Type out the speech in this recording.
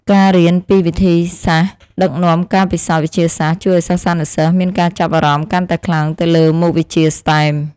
ការរៀនពីវិធីសាស្ត្រដឹកនាំការពិសោធន៍វិទ្យាសាស្ត្រជួយឱ្យសិស្សានុសិស្សមានការចាប់អារម្មណ៍កាន់តែខ្លាំងទៅលើមុខវិជ្ជាស្ទែម។